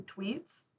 tweets